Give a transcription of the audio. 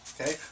Okay